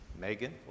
Megan